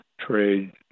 trade